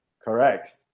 Correct